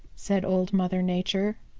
said old mother nature.